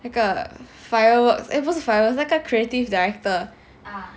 那个 fireworks eh 不是 fireworks 那个 creative director